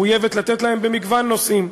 מחויבת לתת להם במגוון נושאים.